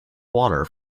water